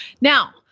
Now